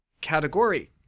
category